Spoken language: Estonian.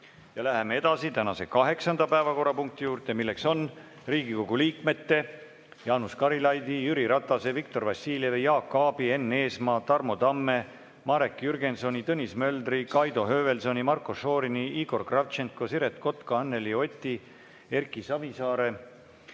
Läheme tänase kaheksanda päevakorrapunkti juurde: Riigikogu liikmete Jaanus Karilaidi, Jüri Ratase, Viktor Vassiljevi, Jaak Aabi, Enn Eesmaa, Tarmo Tamme, Marek Jürgensoni, Tõnis Möldri, Kaido Höövelsoni, Marko Šorini, Igor Kravtšenko, Siret Kotka, Anneli Oti, Erki Savisaare,